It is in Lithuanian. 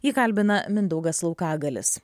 jį kalbina mindaugas laukagalius